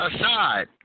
aside